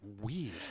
Weird